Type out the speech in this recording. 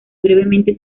brevemente